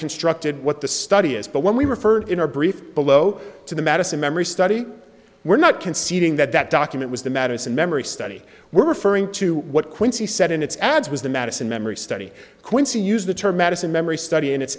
constructed what the study is but when we referred in our brief below to the madison memory study we're not conceding that that document was the madison memory study we're referring to what quincy said in its ads was the madison memory study quincey use the term medicine memory study and it